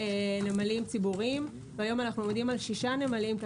נמלים ציבוריים והיום אנו עומדים על שישה נמלים,